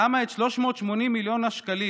למה את 380 מיליון השקלים,